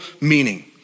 meaning